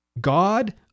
God